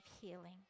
healing